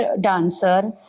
dancer